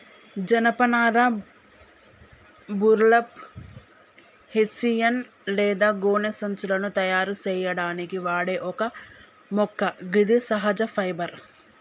జనపనార burlap, hessian లేదా గోనె సంచులను తయారు సేయడానికి వాడే ఒక మొక్క గిది సహజ ఫైబర్